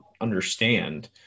understand